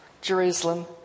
Jerusalem